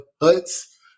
huts